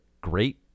great